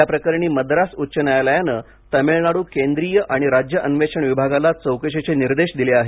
याप्रकरणी मद्रास उच्च न्यायालयाने तामिळनाडू केंद्रीय आणि राज्य अन्वेषण विभागाला चौकशीचे निर्देश दिले आहेत